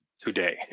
today